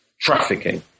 trafficking